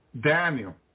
Daniel